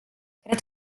cred